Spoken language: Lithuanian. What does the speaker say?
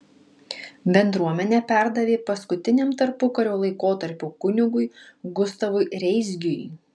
bendruomenę perdavė paskutiniam tarpukario laikotarpio kunigui gustavui reisgiui